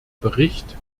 bericht